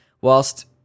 whilst